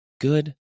good